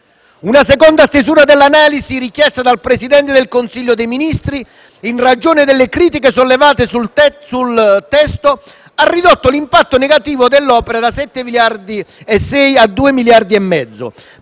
Una seconda stesura dell'analisi richiesta dal Presidente del Consiglio dei ministri, in ragione delle critiche sollevate sul testo, ha ridotto l'impatto negativo dell'opera da 7,6 miliardi a 2,5 miliardi,